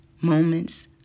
moments